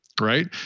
right